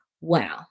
Wow